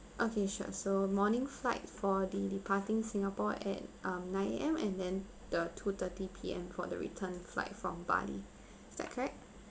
okay sure so morning flight for the departing singapore at um nine A_M and then the two thirty P_M for the return flight from bali is that correct